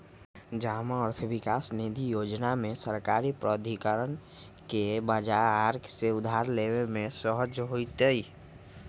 जमा अर्थ विकास निधि जोजना में सरकारी प्राधिकरण के बजार से उधार लेबे में सहज होतइ